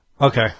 Okay